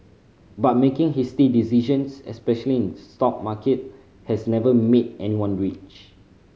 but making hasty decisions especially in stock market has never made anyone rich